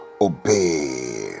obey